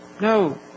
No